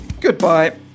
goodbye